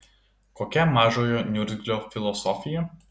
kokia mažojo niurzglio filosofija